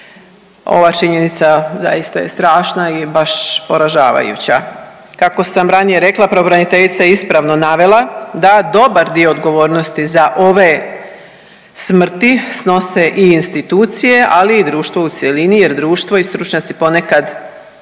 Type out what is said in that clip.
Ova činjenica zaista je strašna i baš poražavajuća. Kako sam ranije rekla pravobraniteljica je ispravno navela da dobar dio odgovornosti za ove smrti snose i institucije, ali i društvo u cjelini jer društvo i stručnjaci ponekad